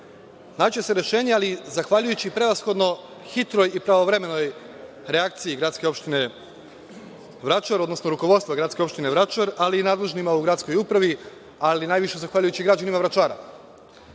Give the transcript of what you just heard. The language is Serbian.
će se rešenje, ali zahvaljujući prevashodno hitroj i pravovremenoj reakciji gradske opštine Vračar, odnosno rukovodstva gradske opštine Vračar, ali i nadležnima u gradskoj upravi, ali najviše zahvaljujući građanima Vračara.O